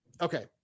Okay